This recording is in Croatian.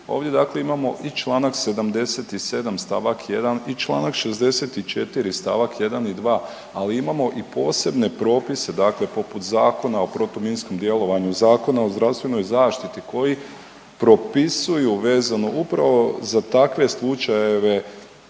dakle imamo i čl. 77. st. 1. i čl. 64. st. 1. i 2., ali imamo i posebne propise, dakle poput Zakona o protuminskom djelovanju, Zakona o zdravstvenoj zaštiti koji propisuju vezano upravo za takve slučajeve